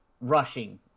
Rushing